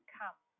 come